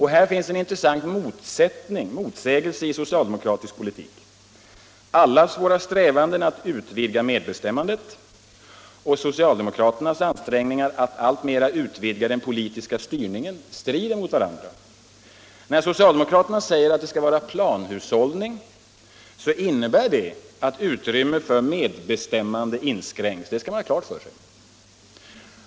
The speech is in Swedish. Här finns en motsägelse i socialdemokratisk politik. Allas våra strävanden att utvidga medbestämmandet och socialdemokraternas ansträngningar att alltmera utvidga den politiska styrningen strider mot varandra. När socialdemokraterna säger att det skall vara en planhushållning, så innebär det att utrymmet för medbestämmande inskränks. Det skall man ha klart för sig.